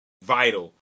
vital